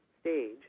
stage